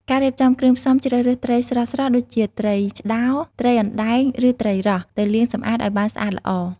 ការរៀបចំគ្រឿងផ្សំជ្រើសរើសត្រីស្រស់ៗដូចជាត្រីឆ្តោរ ត្រីអណ្តែង ឬត្រីរ៉ស់ ទៅលាងសម្អាតឲ្យបានស្អាតល្អ។